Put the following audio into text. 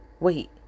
Wait